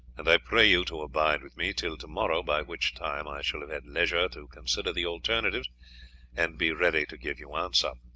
and i pray you to abide with me till to-morrow, by which time i shall have had leisure to consider the alternative and be ready to give you answer.